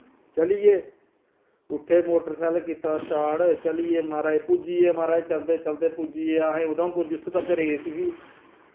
चलियै उट्ठे मोटरसैकल कीता स्टार्ट चलियेै माराज पुज्जियै माराज चलदे चलदे पुज्जियै अस उधमपुर जित्थों तक रेस ही